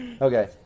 Okay